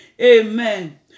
Amen